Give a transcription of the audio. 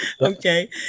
Okay